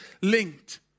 linked